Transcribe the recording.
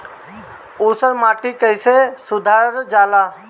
ऊसर माटी कईसे सुधार जाला?